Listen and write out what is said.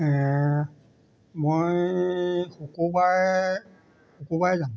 মই শুক্ৰবাৰে শুক্ৰবাৰে যাম